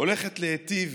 הולכת להיטיב